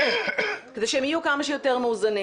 כדי שהם יהיו כמה שיותר מאוזנים